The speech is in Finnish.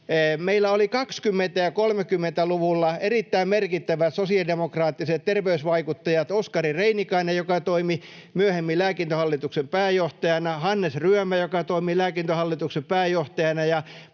Meillä oli 20- ja 30-luvuilla erittäin merkittävät sosiaalidemokraattiset terveysvaikuttajat, Oskari Reinikainen, joka toimi myöhemmin Lääkintöhallituksen pääjohtajana, ja Hannes Ryömä, joka toimi Lääkintöhallituksen pääjohtajana,